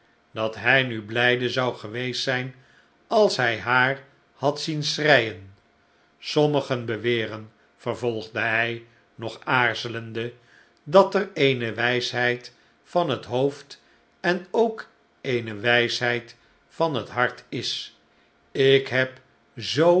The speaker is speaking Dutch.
dat hij nu blijde zou geweest zijn als hij haar had zien schreien sommigen beweren vervolgde hij nog aarzelende dat er eene wijsheid van het hoofd en ook eene wijsheid van het hart is ik heb zoo